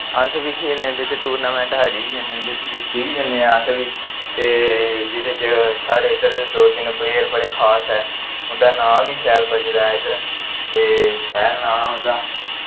अस बी खेलने बिच्च टूर्नामैंट हारी बी जन्ने जित्ती बी जन्ने आं अस बी ते जिन्ने चिर साढ़े इद्धर दो तिन्न प्लेयर बड़े खास ऐ उंदा नांऽ बी शैल बजदा ऐ इद्धर ते शैल नांऽ ऐ उं'दा